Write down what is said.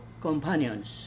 companions